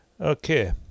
Okay